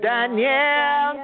Daniel